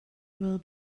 will